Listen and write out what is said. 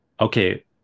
okay